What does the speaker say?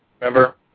Remember